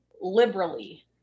Liberally